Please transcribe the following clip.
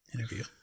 interview